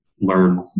learn